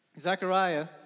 Zechariah